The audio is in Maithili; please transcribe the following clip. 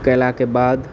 कएलाके बाद